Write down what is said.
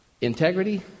Integrity